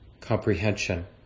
comprehension